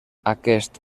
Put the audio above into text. aquest